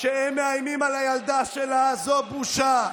כשהם מאיימים על הילדה שלה, זו בושה.